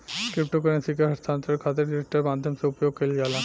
crypto currency के हस्तांतरण खातिर डिजिटल माध्यम से उपयोग कईल जाला